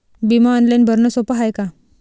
बिमा ऑनलाईन भरनं सोप हाय का?